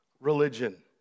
religion